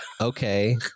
Okay